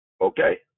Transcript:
Okay